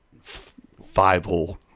five-hole